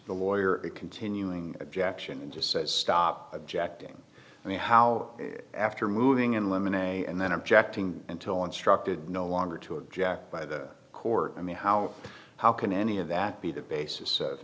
the lawyer a continuing objection and just says stop objecting and how after moving in limon a and then objecting until instructed no longer to object by the court i mean how how can any of that be the basis of